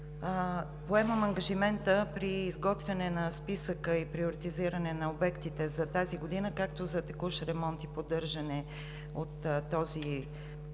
Поемам ангажимента при изготвяне на списъка и приоритизиране на обектите за тази година както за текущ ремонт и поддържане от това перо